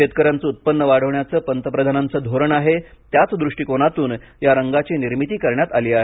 शेतकऱ्यांचं उत्पन्न वाढवण्याचं पंतप्रधानांचं धोरण आहे त्याच दृष्टीकोनातून या रंगाची निर्मिती करण्यात आली आहे